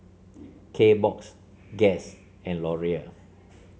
Kbox Guess and Laurier